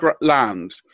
land